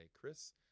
chris